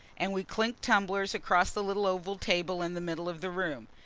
and we clinked tumblers across the little oval table in the middle of the room.